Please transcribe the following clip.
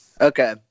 Okay